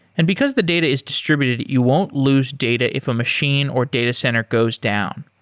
and because the data is distributed, you won't lose data if a machine or data center goes down.